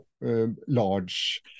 large